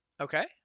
Okay